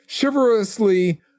chivalrously